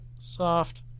Soft